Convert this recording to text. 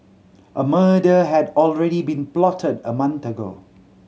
a murder had already been plotted a month ago